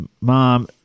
mom